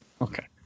Okay